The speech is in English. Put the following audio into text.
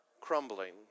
crumbling